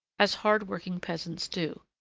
as hard-working peasants do.